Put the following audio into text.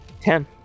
Ten